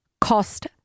cost